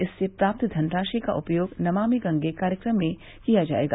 इससे प्राप्त धनराशि का उपयोग नमामि गंगे कार्यक्रम में किया जाएगा